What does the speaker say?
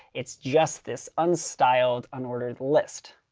it's just this unstyled unordered list.